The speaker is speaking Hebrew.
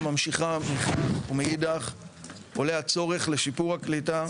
ממשיכה מחד ומאידך עולה הצורך לשיפור הקליטה.